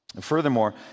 furthermore